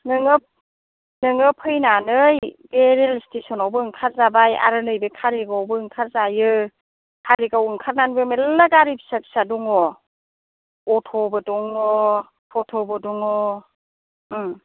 नोङो नोङो फैनानै बे रेल स्टेशनावबो ओंखारजाबाय आरो नैबे कारिगावआवबो ओंखारजायो कारिगाव ओंखारनानैबो मेल्ला गारि फिसा फिसा दङ अट'बो दङ थथ'बो दङ ओं